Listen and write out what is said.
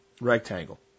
rectangle